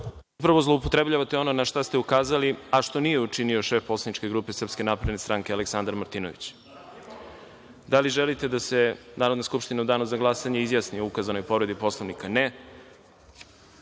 upravo zloupotrebljavate ono na šta ste ukazali, a šta nije učinio šef poslaničke grupe SNS Aleksandar Martinović. Da li želite da se Narodna skupština u danu za glasanje izjasni o ukazanoj povredi Poslovnika?